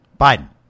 Biden